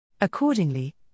Accordingly